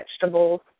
vegetables